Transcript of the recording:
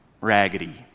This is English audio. raggedy